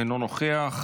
אינו נוכח,